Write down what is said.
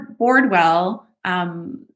Boardwell